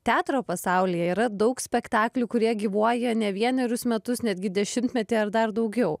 teatro pasaulyje yra daug spektaklių kurie gyvuoja ne vienerius metus netgi dešimtmetį ar dar daugiau